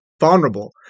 vulnerable